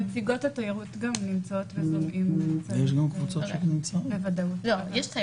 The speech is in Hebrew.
נציגות התיירות נמצאות ------ קבוצת תיירים